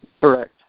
Correct